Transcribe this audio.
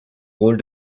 rôle